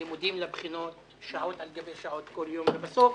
לימודים לבחינות שעות על גבי שעות כל יום, ובסוף